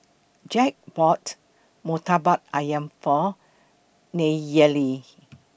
Jack bought Murtabak Ayam For Nayeli